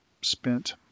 spent